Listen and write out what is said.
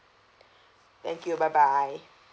thank you bye bye